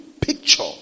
picture